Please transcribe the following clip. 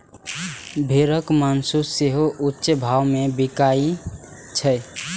भेड़क मासु सेहो ऊंच भाव मे बिकाइत छै